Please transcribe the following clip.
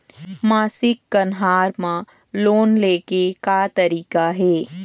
मासिक कन्हार म लोन ले के का तरीका हे?